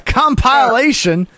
compilation